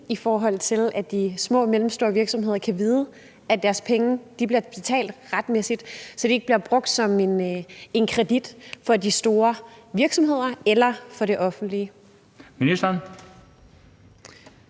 i forhold til at de små og mellemstore virksomheder kan vide, at deres penge bliver betalt retmæssigt, så de ikke bliver brugt som en kredit for de store virksomheder eller for det offentlige? Kl.